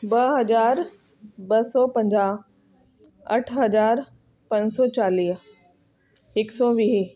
ॿ हज़ार ॿ सौ पंजाहु अठ हज़ार पंज सौ चालीह हिकु सौ वीह